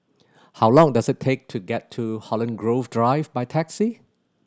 how long does it take to get to Holland Grove Drive by taxi